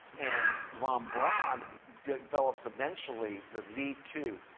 and von um braun develops eventually the v two.